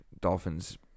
Dolphins